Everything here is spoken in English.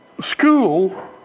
school